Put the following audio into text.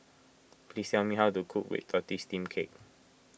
please tell me how to cook Red Tortoise Steamed Cake